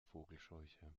vogelscheuche